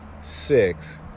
six